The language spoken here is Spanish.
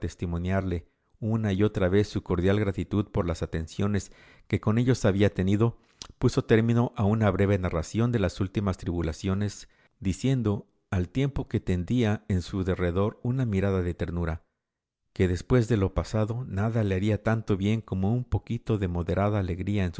testimoniarle una y otra vez su cordial gratitud por las atenciones que con ellos había tenido puso término a una breve narración de las últimas tribulaciones diciendo al tiempo que tendía en su derredor una mirada de ternura que después de lo pasado nada le haría tanto bien como un poquito de moderada alegría